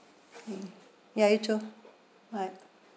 okay ya you too bye